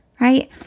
right